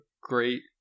great